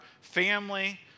family